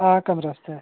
एह् इक कमरा आस्तै